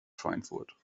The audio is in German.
schweinfurt